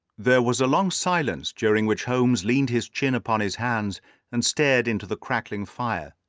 there was a long silence, during which holmes leaned his chin upon his hands and stared into the crackling fire.